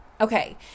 Okay